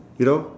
you know